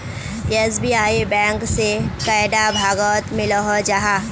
SBI bank से कैडा भागोत मिलोहो जाहा?